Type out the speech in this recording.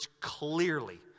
clearly